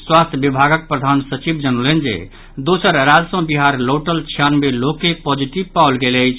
स्वास्थ्य विभागक प्रधान सचिव जनौलनि जे दोसर राज्य सँ बिहार लौटल छियानवे लोक के पॉजिटिव पाओल गेल अछि